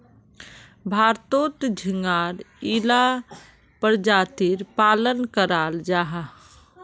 भारतोत झिंगार इला परजातीर पालन कराल जाहा